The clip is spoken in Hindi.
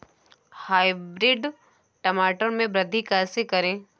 हाइब्रिड टमाटर में वृद्धि कैसे करें?